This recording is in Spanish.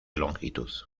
longitud